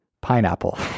pineapple